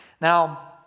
Now